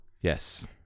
Yes